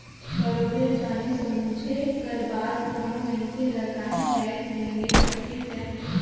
बरोबेर जाने समुझे कर बादे कोनो मइनसे ल काहींच जाएत में निवेस करेक जाही